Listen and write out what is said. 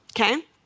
okay